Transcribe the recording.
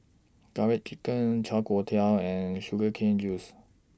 Garlic Chicken Chai Tow Kuay and Sugar Cane Juice